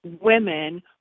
women